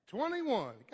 Twenty-one